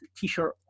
t-shirt